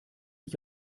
ich